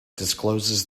discloses